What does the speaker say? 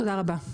תודה רבה.